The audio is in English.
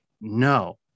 no